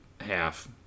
Half